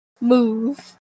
move